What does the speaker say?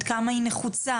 עד כמה היא נחוצה,